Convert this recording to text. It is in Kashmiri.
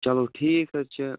چَلو ٹھیٖک حظ چھُ